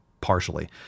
partially